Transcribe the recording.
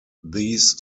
these